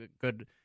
good